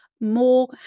more